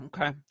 Okay